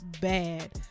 bad